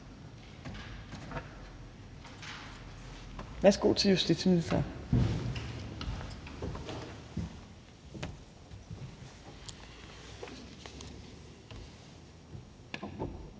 Værsgo til justitsministeren.